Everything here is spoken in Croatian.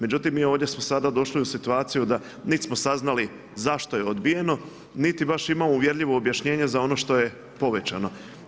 Međutim mi ovdje smo sada došli u situaciju da nit smo saznali zašto je odbijeno niti baš imamo uvjerljivo objašnjenje za ono što je povećano.